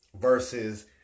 Versus